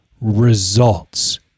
Results